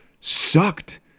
sucked